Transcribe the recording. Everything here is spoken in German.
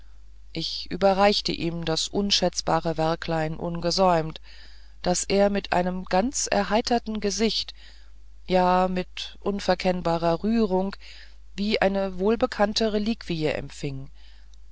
ich überreichte ihm das unschätzbare werklein ungesäumt das er mit einem ganz erheiterten gesicht ja mit unverkennbarer rührung wie eine wohlbekannte reliquie empfing